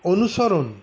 অনুসরণ